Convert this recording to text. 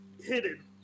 hidden